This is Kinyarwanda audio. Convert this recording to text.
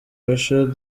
bubasha